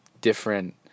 different